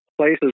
places